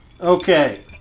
Okay